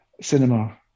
Cinema